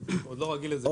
תודה.